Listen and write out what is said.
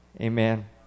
Amen